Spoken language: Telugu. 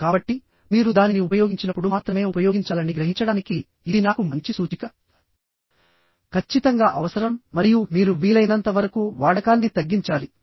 కాబట్టి మీరు దానిని ఉపయోగించినప్పుడు మాత్రమే ఉపయోగించాలని గ్రహించడానికి ఇది నాకు మంచి సూచిక ఖచ్చితంగా అవసరం మరియు మీరు వీలైనంత వరకు వాడకాన్ని తగ్గించాలి